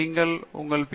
நீங்கள் உங்கள் பி